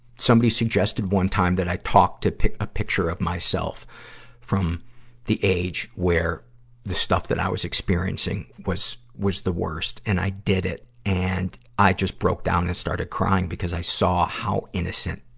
somebody suggested, one time, that i talk to pic, a picture of myself from the age where the stuff that i was experiencing was, was the worst, and i did it and i just broke down and started crying because i saw how innocent,